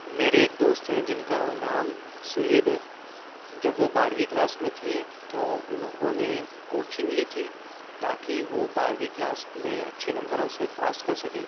میرے ایک دوست ہیں جن کا نام صہیب ہے جب وہ بارہویں کلاس میں تھے تو انہوں نے کوچنگ لی تھی تاکہ وہ بارہویں کلاس میں اچھے نمبروں سے پاس کر سکیں